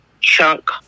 chunk